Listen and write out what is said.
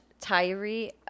Tyree